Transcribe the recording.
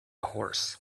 horse